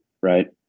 right